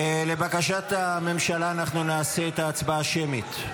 לבקשת הממשלה, אנחנו נעשה את ההצבעה שמית.